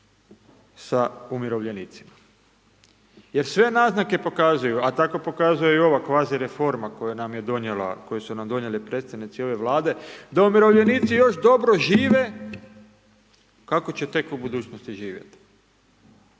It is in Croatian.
sa umirovljenicima. Jer sve naznake pokazuju, a tako pokazuje i ova kvazi reforma koju nam je donijela, koji su nam donijeli predstavnici ove Vlade, da umirovljenici još dobro žive, kako će tek u budućnosti živjeti.